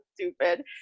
stupid